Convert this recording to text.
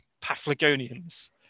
Paphlagonians